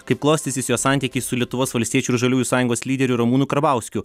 kaip klostysis jo santykiai su lietuvos valstiečių ir žaliųjų sąjungos lyderiu ramūnu karbauskiu